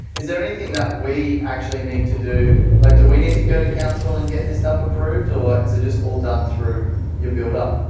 is there anything that we actually need to do? like do we need to go to council and get this stuff approved or is it is all done through your builder?